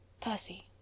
Percy